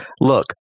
Look